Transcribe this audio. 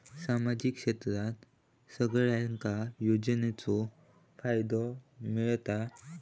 सामाजिक क्षेत्रात सगल्यांका योजनाचो फायदो मेलता?